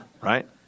Right